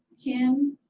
kim.